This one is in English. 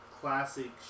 classic